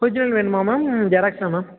original வேணுமா ma'am ஜெராக்ஸாக ma'am